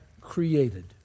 created